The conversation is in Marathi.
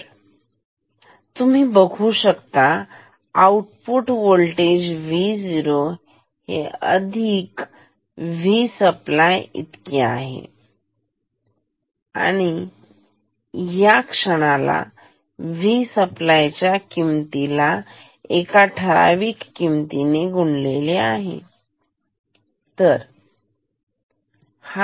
तर तुम्ही बघू शकता आउटपुट वोल्टेज Vo हे अधिक V सप्लाय इतकी आहे आणि ह्या क्षणाला Vसप्लाय च्या किमती ला एका ठराविक किमतीने गुणलेले आहे